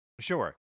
Sure